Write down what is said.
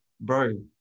bro